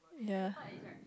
ya